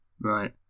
Right